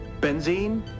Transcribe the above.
Benzene